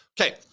okay